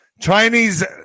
Chinese